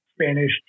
Spanish